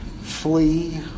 flee